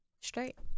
Straight